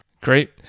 Great